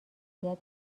اذیت